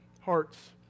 hearts